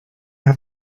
have